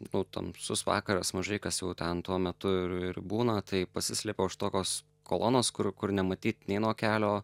nu tamsus vakaras mažai kas jau ten tuo metu ir ir būna tai pasislepiau už tokios kolonos kur kur nematyt nei nuo kelio